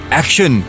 action